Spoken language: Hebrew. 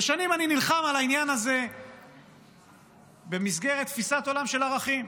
ושנים אני נלחם על העניין הזה במסגרת תפיסת עולם של ערכים.